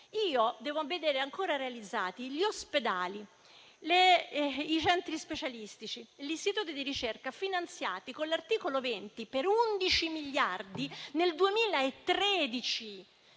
Devo vedere ancora realizzati gli ospedali, i centri specialistici, gli istituti di ricerca finanziati con l'articolo 20, per 11 miliardi nel 2013,